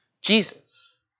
Jesus